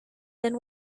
than